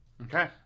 Okay